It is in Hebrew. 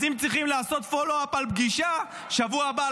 אז אם צריכים לעשות follow up על פגישה בשבוע הבא,